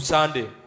Sunday